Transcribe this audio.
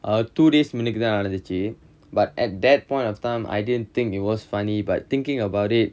err two days மின்னுக்கு தான் நடந்துச்சு:minnukku thaan nadanthuchu but at that point of time I didn't think it was funny but thinking about it